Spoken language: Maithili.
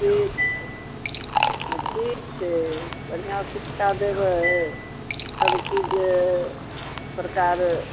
ठीक छै हँ ठीक छै बढ़िआँ शिक्षा देबै सबचीज अइ सरकार